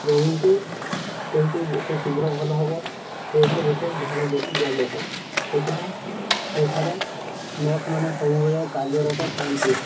ରୋଗୀଙ୍କୁ କେମିତି ସେ ଶୀଘ୍ର ଭଲ ହବ ସେ ଉପରେ ବିଶେଷ ଧ୍ୟାନ ଦିଆଯାଇଥାଏ ସେଥିପାଇଁ ସେଠାରେ ନର୍ସମାନେ ସବୁବେଳେ କାର୍ଯ୍ୟରତ ଥାଆନ୍ତି